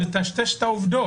אתה מטשטש את העובדות.